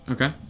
Okay